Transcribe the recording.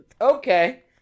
okay